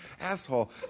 asshole